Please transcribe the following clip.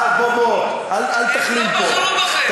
בוא, בוא, אל תכליל פה.